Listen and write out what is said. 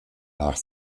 nach